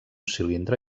cilindre